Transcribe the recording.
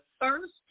first